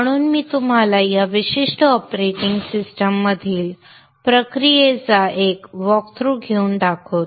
म्हणून मी तुम्हाला या विशिष्ट ऑपरेटिंग सिस्टममधील प्रक्रियेचा एक वॉकथ्रू घेऊन दाखवतो